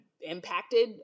impacted